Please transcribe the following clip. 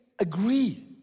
agree